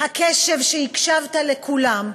הקשב שבו הקשבת לכולם,